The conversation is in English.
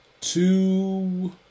two